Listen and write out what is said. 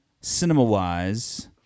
cinema-wise